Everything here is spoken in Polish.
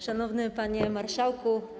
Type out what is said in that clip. Szanowny Panie Marszałku!